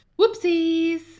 whoopsies